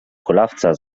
kulawca